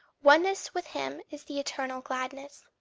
oneness with him is the eternal gladness.